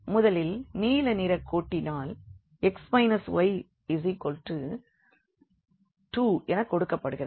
முதலில் நீல நிறக் கோட்டினால் x y2 எனக் கொடுக்கப்படுகிறது